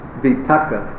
vitaka